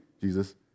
Jesus